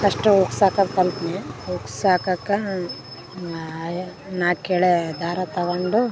first ಉಕ್ಸ್ ಹಾಕೋದ್ ಕಲ್ತೇ ಉಕ್ಸ್ ಹಾಕೋಕ್ಕ ನಾಯೆ ನಾಲ್ಕು ಎಳೆ ದಾರ ತಗೊಂಡು